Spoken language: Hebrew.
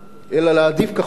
אלא להעדיף כחול-לבן,